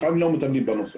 לפעמים לא מטפלים בנושא.